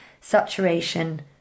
saturation